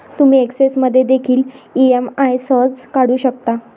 तुम्ही एक्सेल मध्ये देखील ई.एम.आई सहज काढू शकता